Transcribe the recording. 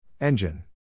Engine